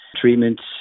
treatments